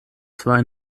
zwei